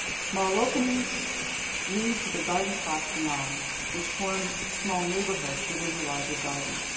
small openings lead to the garden plots beyond which form small neighborhoods within the larger garden.